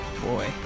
boy